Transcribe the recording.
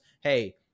hey